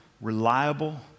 reliable